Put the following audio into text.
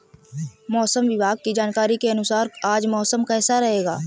मौसम विभाग की जानकारी के अनुसार आज मौसम कैसा रहेगा?